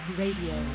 radio